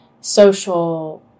social